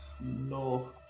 no